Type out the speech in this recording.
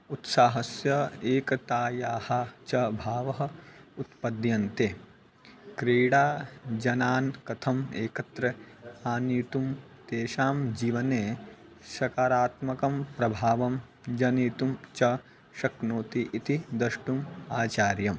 उत्साहस्य एकतायाः च भावः उत्पद्यते क्रीडा जनान् कथम् एकत्र आनेतुं तेषां जीवने सकारात्मकं प्रभावं जनयितुं च शक्नोति इति द्रष्टुम् आचार्यम्